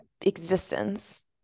existence